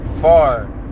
Far